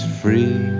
free